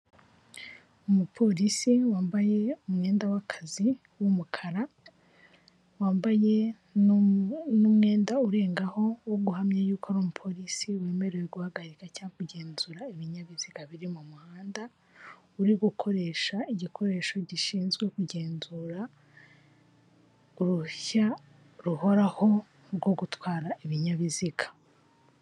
Umupolisi wambaye umwenda w'akazi w'umukara, wambaye n'umwenda urengaho wo guhamya yuko ari umupolisi wemerewe guhagarika cyangwa kugenzura ibinyabiziga biri mu muhanda. Ari gukoresha igikoresho gishinzwe kugenzura uruhushya ruhoraho rwo gutwara ibinyabiziga.